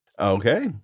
okay